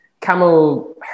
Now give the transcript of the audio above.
camel